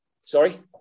Sorry